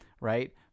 Right